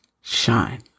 shine